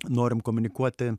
norim komunikuoti